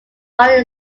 while